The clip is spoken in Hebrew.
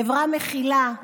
חברה מכילה,